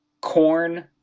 Corn